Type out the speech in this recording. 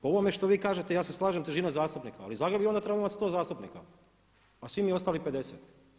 Po ovome što vi kažete, ja se slažem težina zastupnika, ali Zagreb bi onda trebao imati 100 zastupnika, a svi mi ostali 50.